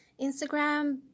Instagram